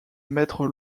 mettre